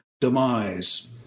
demise